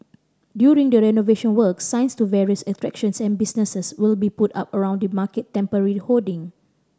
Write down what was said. during the renovation works signs to various attractions and businesses will be put up around the market temporary hoarding